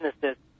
businesses